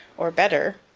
or, better,